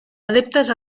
adeptes